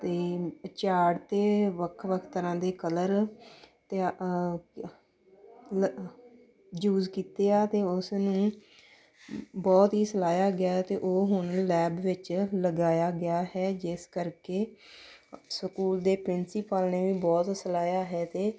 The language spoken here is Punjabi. ਅਤੇ ਚਾਟ 'ਤੇ ਵੱਖ ਵੱਖ ਤਰ੍ਹਾਂ ਦੇ ਕਲਰ ਅਤੇ ਯੂਜ ਕੀਤੇ ਆ ਅਤੇ ਉਸ ਨੂੰ ਬਹੁਤ ਹੀ ਸਲਾਹਿਆ ਗਿਆ ਅਤੇ ਉਹ ਹੁਣ ਲੈਬ ਵਿੱਚ ਲਗਾਇਆ ਗਿਆ ਹੈ ਜਿਸ ਕਰਕੇ ਸਕੂਲ ਦੇ ਪ੍ਰਿੰਸੀਪਲ ਨੇ ਵੀ ਬਹੁਤ ਸਲਾਹਿਆ ਹੈ ਅਤੇ